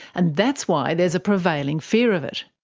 and that's why there's a prevailing fear of it.